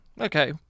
Okay